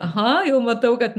aha jau matau kad